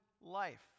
life